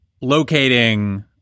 locating